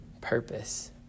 purpose